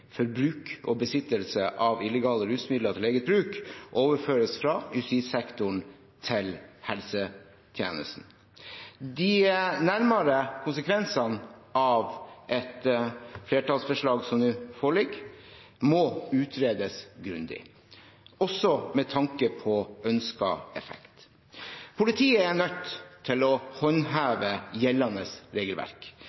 bruk og besittelse av illegale rusmidler til eget bruk overføres fra justissektoren til helsetjenesten. De nærmere konsekvensene av et flertallsforslag som nå foreligger, må utredes grundig, også med tanke på ønsket effekt. Politiet er nødt til å